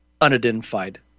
unidentified